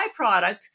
byproduct